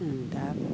दा